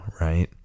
right